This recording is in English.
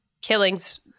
killing's